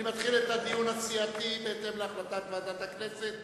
אני מתחיל את הדיון הסיעתי בהתאם להחלטת ועדת הכנסת.